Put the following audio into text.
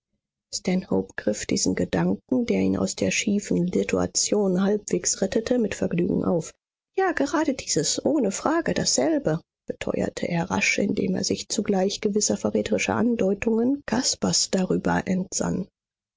griff diesen gedanken der ihn aus der schiefen situation halbwegs rettete mit vergnügen auf ja gerade dieses ohne frage dasselbe beteuerte er rasch indem er sich zugleich gewisser verräterischer andeutungen caspars darüber entsann